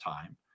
time